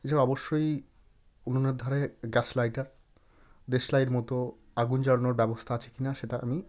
এছাড়া অবশ্যই উনুনের ধারে গ্যাস লাইটার দেশলাইয়ের মতো আগুন জ্বালানোর ব্যবস্থা আছে কি না সেটা আমি